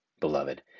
Beloved